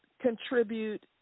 contribute